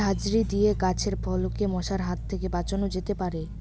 ঝাঁঝরি দিয়ে গাছের ফলকে মশার হাত থেকে বাঁচানো যেতে পারে?